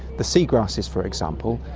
the sea grasses, for example,